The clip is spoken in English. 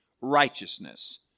righteousness